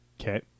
Okay